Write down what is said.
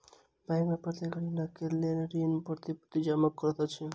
bank प्रत्येक ऋणक लेल ऋण प्रतिभूति जमा करैत अछि